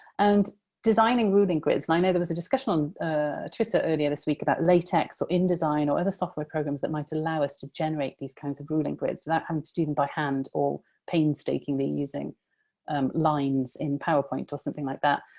and designing ruling grids and i know there was a discussion on twitter earlier this week about latex or indesign or other software programs that might allow us to generate these kinds of ruling grids, without um having by hand, or painstakingly using um lines in powerpoint or something like that.